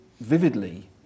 vividly